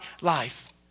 life